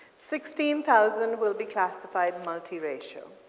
sixteen thousand will be classified multi-racial.